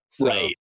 Right